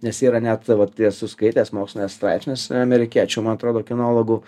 nes yra net vat tie esu skaitęs mokslinis straipsnis amerikiečių man atrodo kinologų